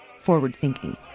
forward-thinking